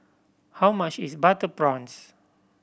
how much is butter prawns